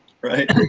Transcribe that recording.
Right